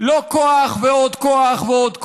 לא כוח ועוד כוח ועוד כוח.